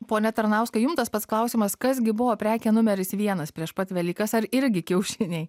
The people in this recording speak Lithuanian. pone tarnauskai jum tas pats klausimas kas gi buvo prekė numeris vienas prieš pat velykas ar irgi kiaušiniai